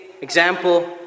Example